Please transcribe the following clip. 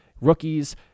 rookies